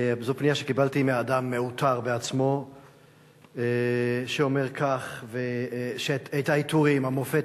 זו פנייה שקיבלתי מאדם מעוטר בעצמו שאומר כך: את העיטורים המופת,